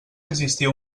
existia